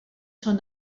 són